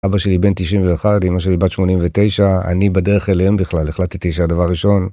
אבא שלי בן 91, אימא שלי בת 89, אני בדרך אליהם בכלל, החלטתי שהדבר הראשון...